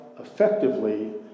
effectively